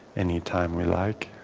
anytime we like